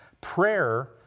Prayer